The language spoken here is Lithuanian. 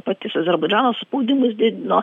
patis azerbaidžanas spaudimus didino